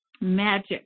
magic